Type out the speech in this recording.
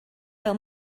fel